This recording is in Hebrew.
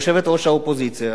יושבת-ראש האופוזיציה,